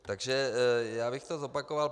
Takže já bych to zopakoval.